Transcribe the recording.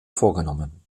vorgenommen